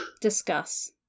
Discuss